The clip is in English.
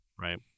right